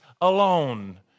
alone